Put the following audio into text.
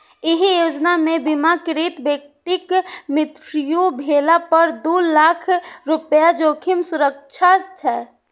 एहि योजना मे बीमाकृत व्यक्तिक मृत्यु भेला पर दू लाख रुपैया जोखिम सुरक्षा छै